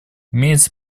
имеется